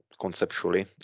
conceptually